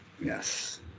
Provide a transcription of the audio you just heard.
Yes